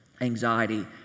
anxiety